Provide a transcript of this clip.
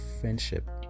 friendship